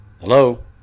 Hello